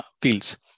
fields